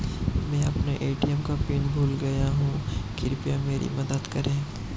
मैं अपना ए.टी.एम का पिन भूल गया हूं, कृपया मेरी मदद करें